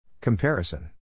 Comparison